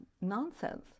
nonsense